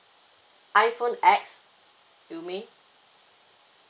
iPhone X you mean